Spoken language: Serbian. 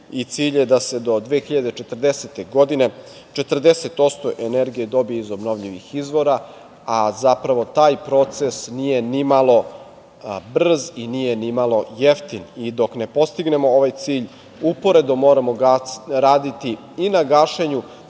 i cilj je da se do 2040. godine 40% energije dobije iz obnovljivih izvora, a zapravo taj proces nije ni malo brz i nije ni malo jeftin. Dok ne postignemo ovaj cilj, uporedo moramo raditi i na gašenju